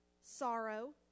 sorrow